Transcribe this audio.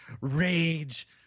rage